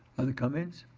other comments?